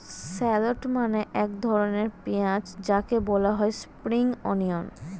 shallot মানে এক ধরনের পেঁয়াজ যাকে বলা হয় স্প্রিং অনিয়ন